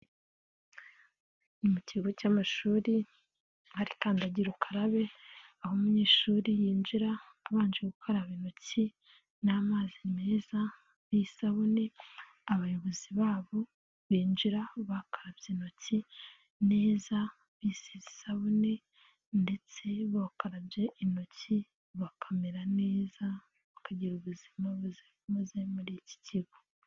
Mu kigo cy'amashuri arikandagira hari kandangira ukarabe aho umunyeshuri yinjira abanje gukaraba intoki n'amazi meza n'isabune, abayobozi babo binjira bakarabye intoki neza misabune ndetse bakarabye intoki, bakamera neza bakagira ubuzima buzira imuze muri iki kigo.